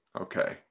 Okay